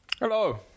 Hello